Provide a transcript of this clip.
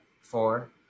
four